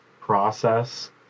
process